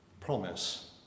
promise